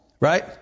Right